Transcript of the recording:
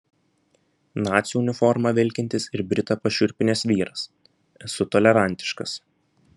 nacių uniforma vilkintis ir britą pašiurpinęs vyras esu tolerantiškas